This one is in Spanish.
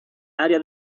área